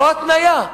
זו ההתניה,